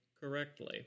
correctly